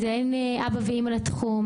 אין אבא ואימא לתחום.